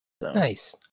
Nice